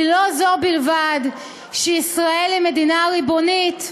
כי לא זו בלבד שישראל היא מדינה ריבונית,